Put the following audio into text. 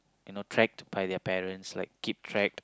you know tracked by their parents like keep tracked